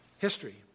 history